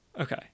okay